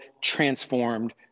transformed